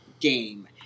game